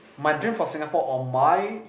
my dream for Singapore or my